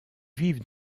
vivent